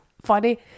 Funny